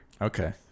okay